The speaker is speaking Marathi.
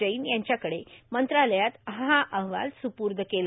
जैन यांच्याकडं मंत्रालयात हा अहवाल स्रुपूर्द केला